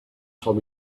told